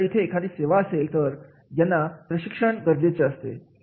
जर इथे एखादी सेवा असेल तर यांनासुद्धा प्रशिक्षण गरजेचे असते